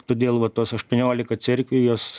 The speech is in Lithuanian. todėl va tos aštuoniolika cerkvių jos